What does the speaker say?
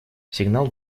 сигнал